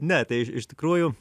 ne tai iš iš tikrųjų